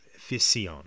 Fission